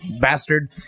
Bastard